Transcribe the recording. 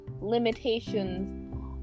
limitations